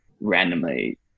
randomly